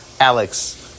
Alex